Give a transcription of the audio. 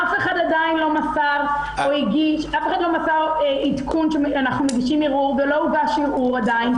אף אחד עדיין לא מסר עדכון שאנחנו מגישים ערעור ולא הוגש ערעור עדיין.